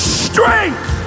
strength